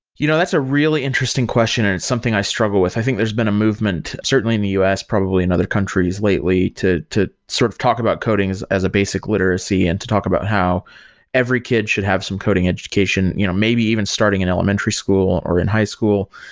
you know that's a really interesting question and it's something i struggle with. i think there's been a movement, certainly in the u s, probably in other countries lately to to sort of talk about coding as as a basic literacy and to talk about how every kid should have some coding education you know maybe even starting in elementary school, or in high school.